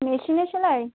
মেশিনে সেলাই